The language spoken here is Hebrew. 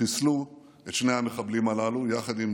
חיסלו את שני המחבלים הללו יחד עם